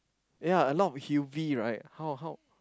ya a lot of U_V right how how